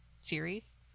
series